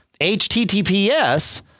HTTPS